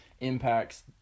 impacts